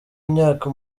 myaka